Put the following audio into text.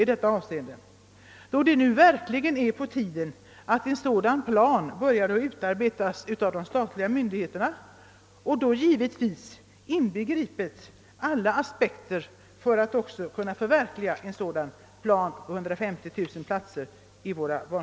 Det är nu verkligen på tiden att en sådan plan börjar utarbetas av de statliga myndigheterna, varvid givetvis bör inbegripas alla aspekter för att möjliggöra förverkligandet av planen.